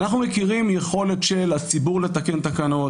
אנחנו מכירים יכולת של הציבור לתקן תקנות,